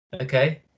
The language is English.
okay